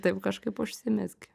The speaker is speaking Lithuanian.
tai kažkaip užsimezgė